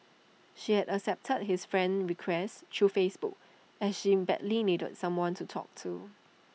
she had accepted his friend request through Facebook as she badly needed someone to talk to